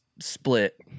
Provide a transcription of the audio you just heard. split